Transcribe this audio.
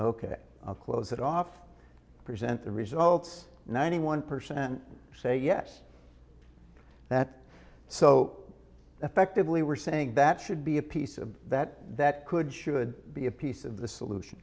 ok close it off present the results ninety one percent say yes that so effectively we're saying that should be a piece of that that could should be a piece of the solution